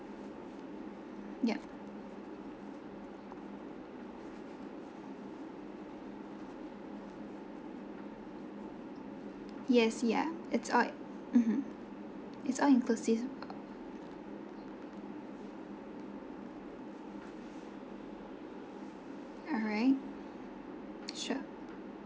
yup yes ya it's all mmhmm it's all inclusive alright sure